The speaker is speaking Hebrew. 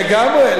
לגמרי.